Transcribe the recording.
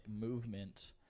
movement